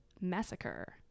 massacre